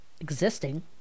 existing